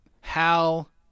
Hal